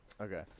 Okay